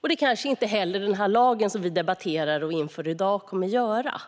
Det kanske inte heller den lag vi nu debatterar kommer att göra.